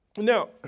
Now